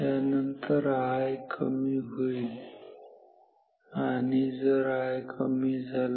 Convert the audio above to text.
त्यानंतर I कमी होईल आणि जर I कमी झाला